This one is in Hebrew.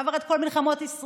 עבר את כל מלחמות ישראל,